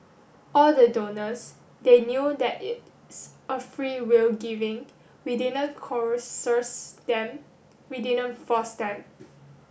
all the donors they knew that it's a freewill giving we didn't coerce them we didn't force them